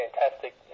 fantastic